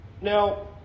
Now